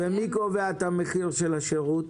מי קובע את המחיר של השירות?